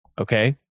okay